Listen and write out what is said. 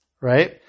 right